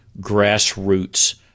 grassroots